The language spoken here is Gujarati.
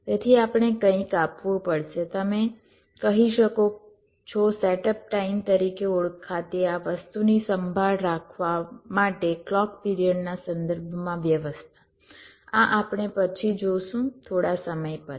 તેથી આપણે કંઈક આપવું પડશે તમે કહી શકો છો સેટઅપ ટાઇમ તરીકે ઓળખાતી આ વસ્તુની સંભાળ રાખવા માટે ક્લૉક પિરિયડના સંદર્ભમાં વ્યવસ્થા આ આપણે પછી જોશું થોડા સમય પછી